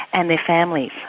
and their families.